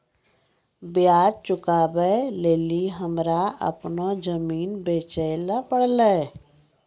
ब्याज चुकबै लेली हमरा अपनो जमीन बेचै ले पड़लै